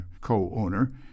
co-owner